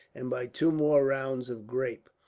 and by two more rounds of grape,